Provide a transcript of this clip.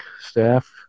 staff